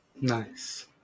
Nice